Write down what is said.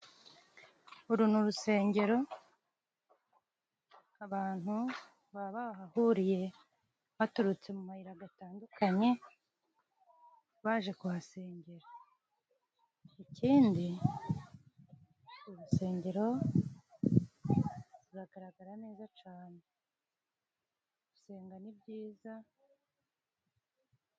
Uru ni rusengero . Abantu baba bahahuriye baturutse mu mayira gatandukanye baje kuhasengera. Ikindi urusengero ruragaragara neza cyane. Gusenga ni byiza.